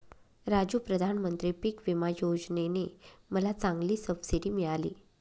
राजू प्रधानमंत्री पिक विमा योजने ने मला चांगली सबसिडी मिळाली